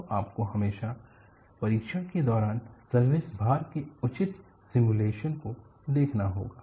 तो आपको हमेशा परीक्षण के दौरान सर्विस भार के उचित सिमुलेशन को देखना होगा